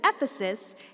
Ephesus